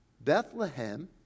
Bethlehem